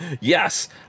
Yes